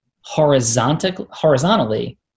horizontally